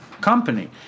company